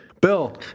Bill